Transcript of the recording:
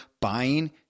buying